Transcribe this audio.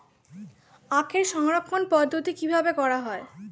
আখের সংরক্ষণ পদ্ধতি কিভাবে করা হয়?